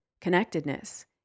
connectedness